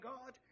God